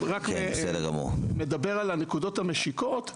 אני רק מדבר על הנקודות המשיקות,